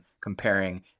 comparing